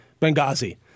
Benghazi